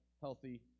healthy